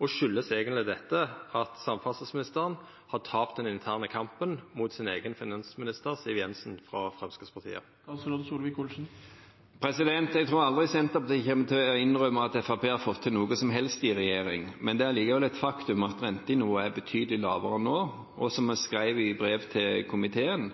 og kjem dette eigentleg av at samferdselsministeren har tapt den interne kampen mot sin eigen finansminister, Siv Jensen frå Framstegspartiet? Jeg tror aldri Senterpartiet kommer til å innrømme at Fremskrittspartiet har fått til noe som helst i regjering, men det er likevel et faktum at rentenivået er betydelig lavere nå. Som jeg skrev i brev til komiteen,